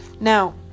Now